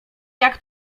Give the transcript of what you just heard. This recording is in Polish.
jak